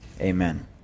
amen